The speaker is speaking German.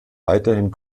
weiterhin